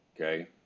okay